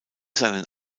seinen